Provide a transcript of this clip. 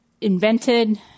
invented